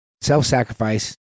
self-sacrifice